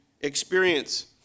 experience